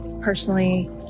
personally